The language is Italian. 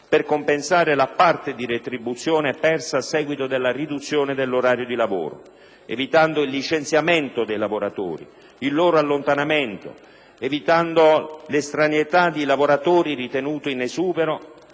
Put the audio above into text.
per compensare la parte di retribuzione persa a seguito della riduzione dell'orario di lavoro, evitando il licenziamento, l'allontanamento e l'estraneità dei lavoratori ritenuti in esubero.